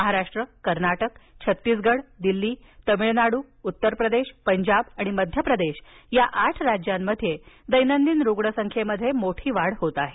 महाराष्ट्र कर्नाटक छत्तीसगड दिल्ली तामिळनाडू उत्तर प्रदेश पंजाब आणि मध्य प्रदेश या आठ राज्यांत दैनंदिन रुग्ण संख्येत मोठी वाढ झाली आहे